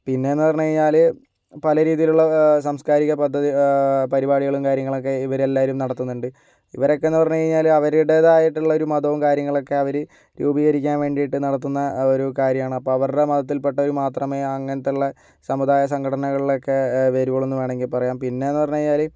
പിന്നേന്ന് പറഞ്ഞ് കഴിഞ്ഞാല് പലരീതിയിലുള്ള സാംസ്കാരിക പദ്ധതി പരിപാടികളും കാര്യങ്ങളൊക്കെ ഇവരെല്ലാവരും നടത്തുന്നുണ്ട് ഇവരൊക്കെന്ന് പറഞ്ഞ് കഴിഞ്ഞാല് അവരുടെതായിട്ടുള്ളൊരു മതവും കാര്യങ്ങളൊക്കെ അവര് രൂപീകരിക്കാൻ വേണ്ടിയിട്ട് നടത്തുന്ന ഒരു കാര്യമാണ് അപ്പം അവരുടെ മതത്തിൽ പെട്ടവര് മാത്രമേ അങ്ങനത്തുള്ള സമുദായ സംഘടനകളിലൊക്കെ വരികയുള്ളൂ എന്ന് വേണമെങ്കിൽ പറയാം പിന്നേന്ന് പറഞ്ഞു കഴിഞ്ഞാല്